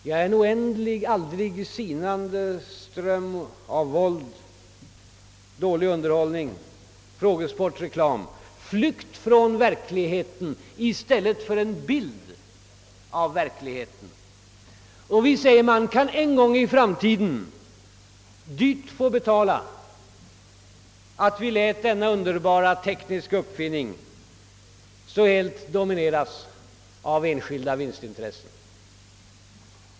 Jo, en oändlig, aldrig sinande ström av våld, dålig underhållning, sport, reklam och flykt från verkligheten i stället för en bild av verkligheten. Vi kan, säger man, en gång i framtiden få dyrt betala att vi lät denna underbara tekniska uppfinning så helt domineras av enskilda vinstintressen.